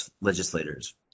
legislators